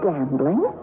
Gambling